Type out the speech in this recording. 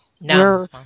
no